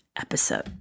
episode